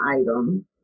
item